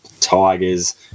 Tigers